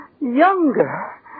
Younger